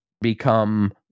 become